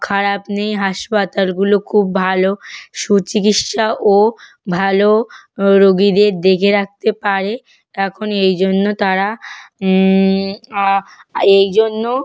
খারাপ নেই হাসপাতালগুলো খুব ভালো সুচিকিৎসা ও ভালো রোগীদের দেখে রাখতে পারে এখন এই জন্য তারা এই জন্য